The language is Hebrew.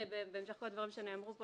לדברים שנאמרו,